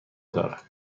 دارد